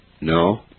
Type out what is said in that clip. No